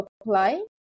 apply